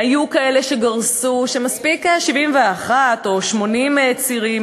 היו כאלה שגרסו שמספיק 71 או 80 צירים,